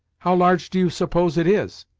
how large do you suppose it is?